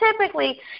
typically